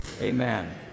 amen